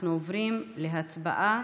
אנחנו עוברים להצבעה,